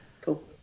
Cool